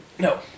No